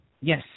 Yes